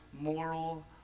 moral